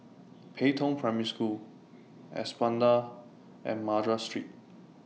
Pei Tong Primary School Espada and Madras Street